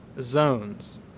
zones